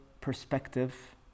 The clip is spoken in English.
perspective